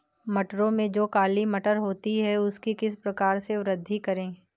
मटरों में जो काली मटर होती है उसकी किस प्रकार से वृद्धि करें?